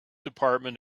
department